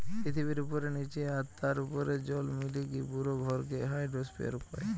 পৃথিবীর উপরে, নীচে আর তার উপরের জল মিলিকি পুরো ভরকে হাইড্রোস্ফিয়ার কয়